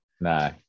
no